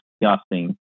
disgusting